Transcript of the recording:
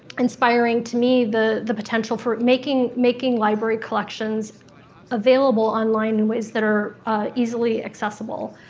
inspiring to me, the the potential for making making library collections available online in ways that are easily accessible.